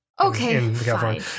okay